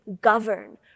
govern